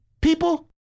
people